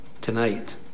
tonight